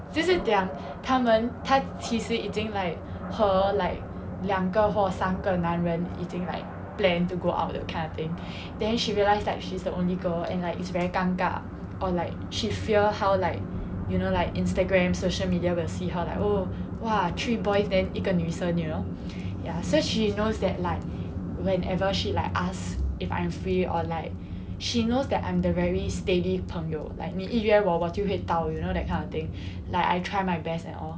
就是讲他们她其实已经 like 和 like 两个或三个男人已经 like planned to go out the kind of thing then she realised like she's the only girl and like it's very 尴尬 or like she fear how like you know like instagram social media will see how like oh !wah! three boys then 一个女生 you know ya so she knows that like whenever she asks if I'm free or like she knows that I'm the very steady 朋友 like 你一约我我就会到 you know that kind of thing like I try my best and all